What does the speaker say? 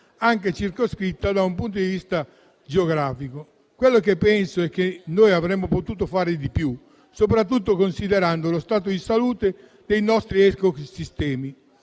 anche circoscritta da un punto di vista geografico. Penso che avremmo potuto fare di più, soprattutto considerando lo stato di salute dei nostri ecosistemi.